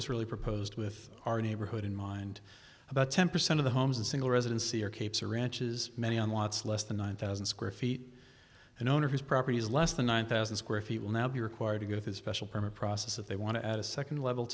was really proposed with our neighborhood in mind about ten percent of the homes in single residency or capes or ranch is many on lots less than one thousand square feet an owner whose property is less than one thousand square feet will now be required to get his special permit process if they want to add a second level